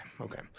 okay